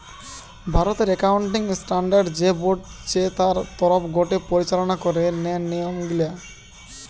ভারতের accounting standard যে board চে তার তরফ গটে পরিচালনা করা যে নিয়ম গুলা